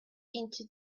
into